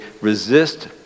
resist